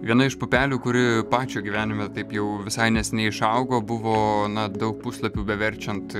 viena iš pupelių kuri pačio gyvenime taip jau visai neseniai išaugo buvo na daug puslapių beverčiant